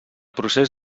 procés